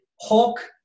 Hulk